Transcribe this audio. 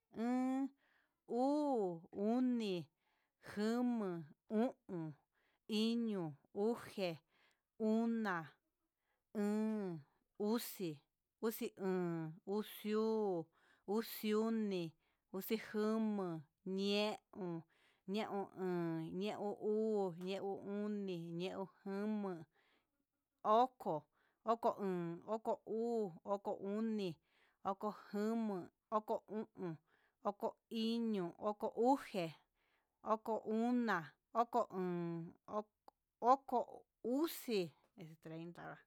Uun, uu, oni, koma, u'on, iño, uje, una, óón, uxí, uxí uun, uxi uu, uxí oni, uxí joma, ñeon, ñe uu, ñe uu oni, ñeo jama, oko, oko uun, oko uu, oko oni, oko joma, oko o'on, oko iño, oko uxé, oko ona, oko óón, oko uxí es treinta.